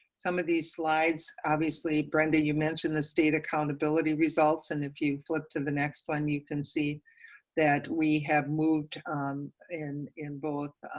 some of the slides, obviously, brenda, you mention the state accountability results and if you flip to the next one you can see that we have moved in in both